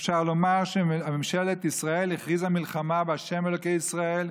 אפשר לומר שמממשלת ישראל הכריזה מלחמה בה' אלוקי ישראל,